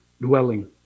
dwelling